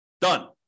Done